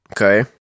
Okay